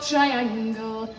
triangle